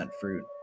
fruit